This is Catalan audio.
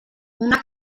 una